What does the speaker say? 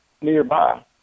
nearby